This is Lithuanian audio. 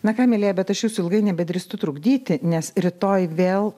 na ką mielieji bet aš jūsų ilgai nebedrįstu trukdyti nes rytoj vėl